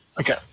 Okay